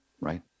right